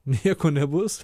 nieko nebus